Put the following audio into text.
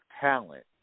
talent